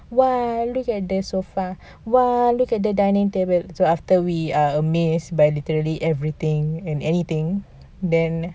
!wah! look at the sofa !wah! look at the dining table so after we're amazed by literally everything and anything then